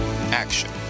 Action